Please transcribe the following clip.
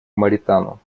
моритану